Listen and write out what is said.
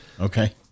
okay